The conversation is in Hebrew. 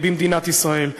במדינת ישראל.